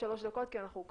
בשתיים-שלוש דקות כי אנחנו,